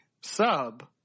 sub